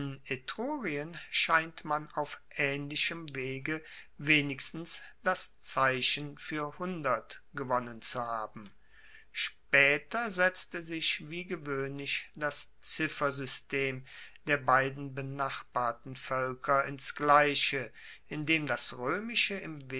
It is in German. etrurien scheint man auf aehnlichem wege wenigstens das zeichen fuer gewonnen zu haben spaeter setzte sich wie gewoehnlich das ziffersystem der beiden benachbarten voelker ins gleiche indem das roemische